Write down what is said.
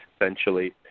essentially